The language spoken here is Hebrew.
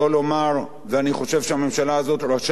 ואני חושב שהממשלה הזאת רשאית לומר את זה,